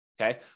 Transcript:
okay